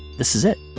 this is it!